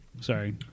Sorry